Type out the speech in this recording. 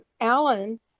Alan